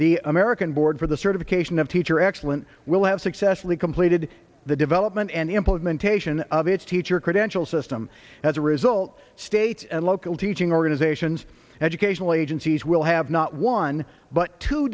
the american board for the certification of teacher excellent will have successfully completed the development and implementation of its teacher credential system as a result states and local teaching organizations educational agencies will have not one but two